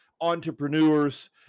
entrepreneurs